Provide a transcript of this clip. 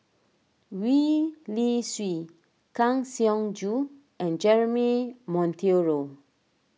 Gwee Li Sui Kang Siong Joo and Jeremy Monteiro